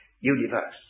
universe